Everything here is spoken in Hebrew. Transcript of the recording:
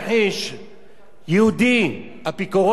יהודי אפיקורס שכתב ספר תורה,